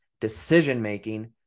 decision-making